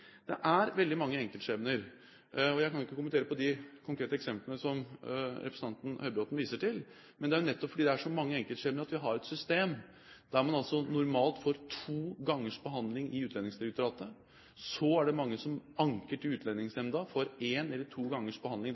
Det er veldig mange enkeltskjebner, og jeg kan ikke kommentere de konkrete eksemplene som representanten Høybråten viser til. Men det er nettopp fordi det er så mange enkeltskjebner at vi har et system der man normalt får to gangers behandling i Utlendingsdirektoratet. Så er det mange som anker til Utlendingsnemnda og får en eller to gangers behandling